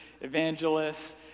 evangelists